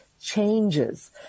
changes